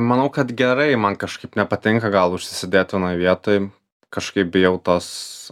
manau kad gerai man kažkaip nepatinka gal užsisėdėti vienoj vietoj kažkaip bijau tos